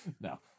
No